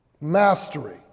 Mastery